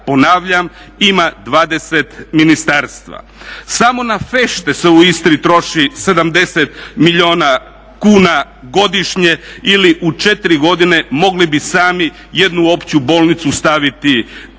ponavljam ima 20 ministarstva. Samo na fešte se u Istri troši 70 milijuna kuna godišnje ili u 4 godine mogli bi sami jednu opću bolnicu staviti